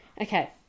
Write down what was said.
okay